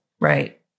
Right